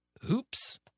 Hoops